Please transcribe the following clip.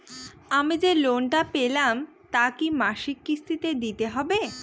আমি যে লোন টা পেলাম তা কি মাসিক কিস্তি তে দিতে হবে?